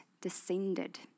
descended